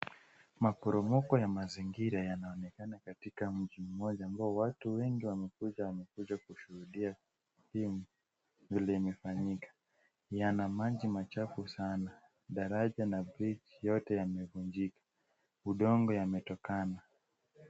Maporomoko ya mazingira yanaonekana katika mji mmoja ambao watu wengi wamekuja kushuhudia vile imefanyika. Yana maji machafu sana, daraja na bridge yote yamevunjika. Udongo yametokana.